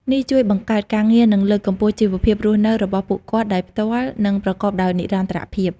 នេះជួយបង្កើតការងារ និងលើកកម្ពស់ជីវភាពរស់នៅរបស់ពួកគាត់ដោយផ្ទាល់និងប្រកបដោយនិរន្តរភាព។